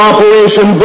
Operation